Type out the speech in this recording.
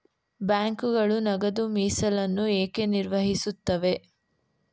ಬ್ಯಾಂಕುಗಳು ನಗದು ಮೀಸಲನ್ನು ಏಕೆ ನಿರ್ವಹಿಸುತ್ತವೆ?